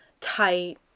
tight